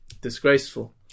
Disgraceful